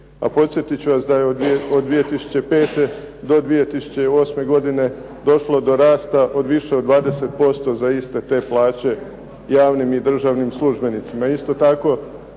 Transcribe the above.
a podsjetit ću vas da je od 2005. do 2008. godine došlo do rasta od više za 20% za iste te plaće javnim i državnim službenicima.